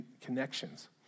connections